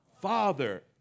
father